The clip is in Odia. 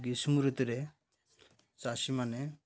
ଗ୍ରୀଷ୍ମଋତୁରେ ଚାଷୀମାନେ